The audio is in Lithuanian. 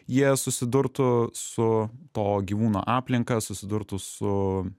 jie susidurtų su to gyvūno aplinka susidurtų su